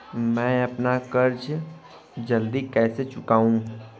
मैं अपना कर्ज जल्दी कैसे चुकाऊं?